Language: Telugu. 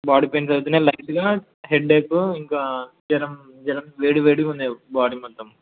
బాడీ పెయిన్స్ అవుతున్నయి లైట్గా హెడేకు ఇంకా జ్వరంజ్వరం వేడివేడిగా ఉంది బాడీ మొత్తం